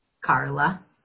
Carla